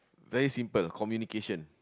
very simple communication